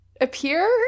appear